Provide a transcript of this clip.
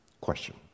Question